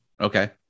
Okay